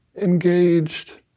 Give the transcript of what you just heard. engaged